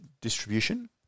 distribution